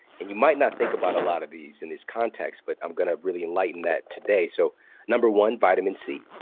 and you might not think about a lot of these in these context, but i'm going to really enlighten that today. so number one, vitamin c,